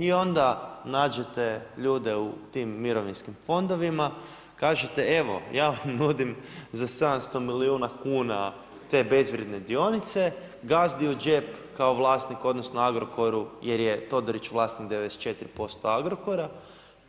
I onda nađete ljude u tim mirovinskim fondovima, kažete evo ja vam nudim za 700 milijuna kuna te bezvrijedne dionice, Gazdi u džep kao vlasniku, odnosno Agrokoru jer je Todorić vlasnik 94% Agrokora,